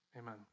Amen